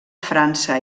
frança